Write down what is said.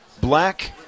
Black